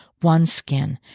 OneSkin